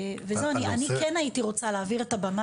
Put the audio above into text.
אני כן הייתי רוצה להעביר את הבמה